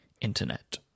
internet